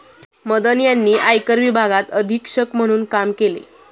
मदन यांनी आयकर विभागात अधीक्षक म्हणून काम केले